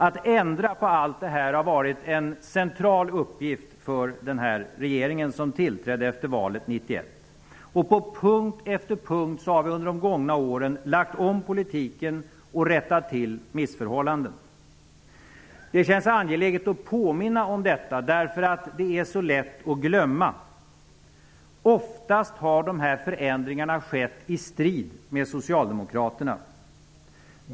Att ändra på allt detta har varit en central uppgift för den här regeringen som tillträdde efter valet 1991. På punkt efter punkt har vi under det gångna åren lagt om politiken och rättat till missförhållanden. Det känns angeläget att påminna om detta därför att det är så lätt att glömma. Oftast har de här förändringarna skett i strid med socialdemokraterna.